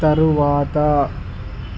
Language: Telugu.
తరువాత